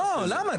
למה?